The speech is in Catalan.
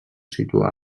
situar